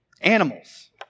animals